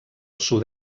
sud